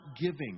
giving